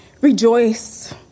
rejoice